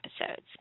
episodes